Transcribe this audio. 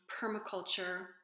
permaculture